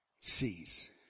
sees